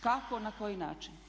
Kako, na koji način?